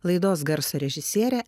laidos garso režisierė